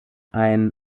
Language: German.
ein